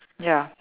ya